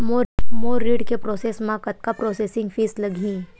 मोर ऋण के प्रोसेस म कतका प्रोसेसिंग फीस लगही?